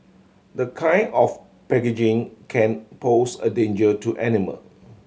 the kind of packaging can pose a danger to animal